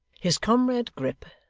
his comrade grip,